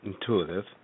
intuitive